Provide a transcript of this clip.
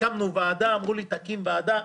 אמרו לי: תקים ועדה,